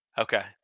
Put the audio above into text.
Okay